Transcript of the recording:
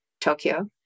Tokyo